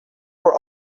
were